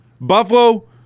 Buffalo